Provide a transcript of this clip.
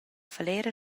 falera